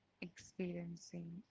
experiencing